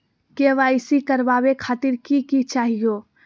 KYC करवावे खातीर कि कि चाहियो?